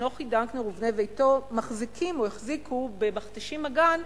שנוחי דנקנר ובני ביתו מחזיקים או החזיקו ב"מכתשים אגן"